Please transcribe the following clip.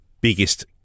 biggest